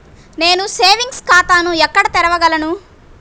నేను సేవింగ్స్ ఖాతాను ఎక్కడ తెరవగలను?